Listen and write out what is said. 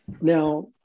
Now